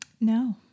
No